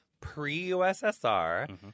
pre-USSR